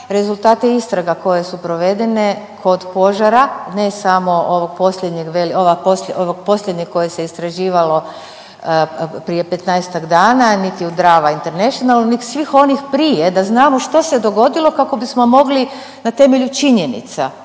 rezultate istraga koje su provedene kod požara ne samo ovog posljednjeg vel… ova, ovog posljednjeg koje se istraživalo prije 15-dana niti u Drava International nek svih onih prije da znamo što se dogodilo kako bismo mogli na temelju činjenica